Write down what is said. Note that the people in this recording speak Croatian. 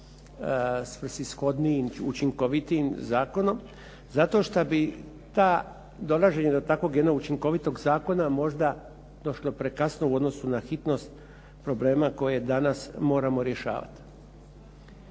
svrsishodnijim, učinkovitijim zakonom zato što bi dolaženje do takvog jednog učinkovitog zakona možda došlo prekasno u odnosu na hitnost problema koje danas moramo rješavati.